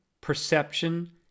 perception